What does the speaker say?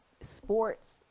sports